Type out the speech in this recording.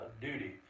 duty